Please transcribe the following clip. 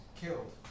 killed